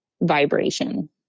vibration